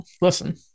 listen